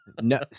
No